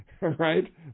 right